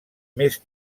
més